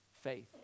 faith